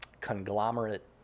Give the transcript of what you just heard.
conglomerate